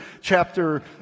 chapter